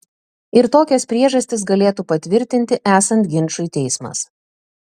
ir tokias priežastis galėtų patvirtinti esant ginčui teismas